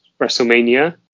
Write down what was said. WrestleMania